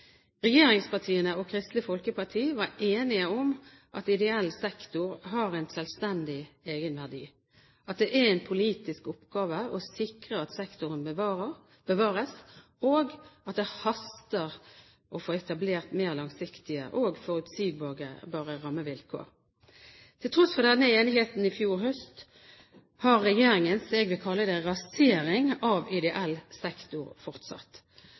Regjeringspartiene og Kristelig Folkeparti var enige om at ideell sektor har en selvstendig egenverdi, at det er en politisk oppgave å sikre at sektoren bevares, og at det haster med å få etablert mer langsiktige og forutsigbare rammevilkår. Til tross for denne enigheten i fjor høst, har regjeringens – jeg vil kalle det – rasering av ideell sektor fortsatt.